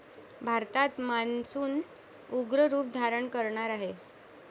भारतात मान्सून उग्र रूप धारण करणार आहे